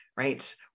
right